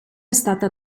stata